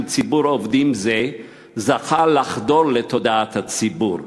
של ציבור עובדים זה זכה לחדור לתודעת הציבור,